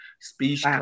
Speech